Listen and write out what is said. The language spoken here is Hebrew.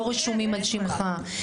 לא רשומים על שמך.